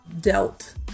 dealt